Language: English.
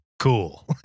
Cool